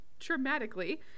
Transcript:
traumatically